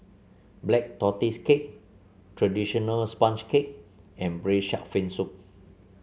Black Tortoise Cake traditional sponge cake and Braised Shark Fin Soup